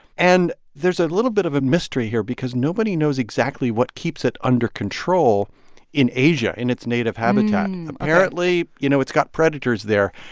and there's a little bit of a mystery here because nobody knows exactly what keeps it under control in asia, in its native habitat ok apparently, you know, it's got predators there.